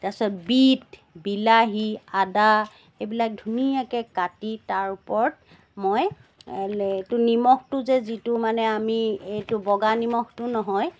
তাৰপিছত বীত বিলাহী আদা এইবিলাক ধুনীয়াকৈ কাটি তাৰ ওপৰত মই এইটো নিমখটো যে যিটো মানে আমি এইটো বগা নিমখটো নহয়